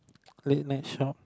late night twelve